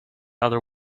other